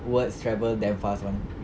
words travel damn fast [one]